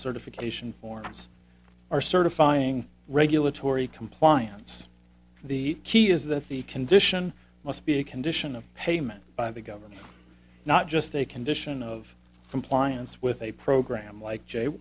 certification forms are certifying regulatory compliance the key is that the condition must be a condition of payment by the government not just a condition of compliance with a program like j